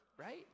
right